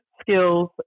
skills